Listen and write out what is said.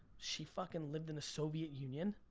she fucking lived in the soviet union.